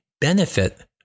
benefit